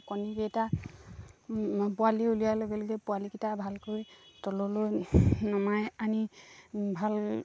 কণীকেইটা পোৱালি উলিয়াৰ লগে লগে পোৱালিকেইটা ভালকৈ তললৈ নমাই আনি ভাল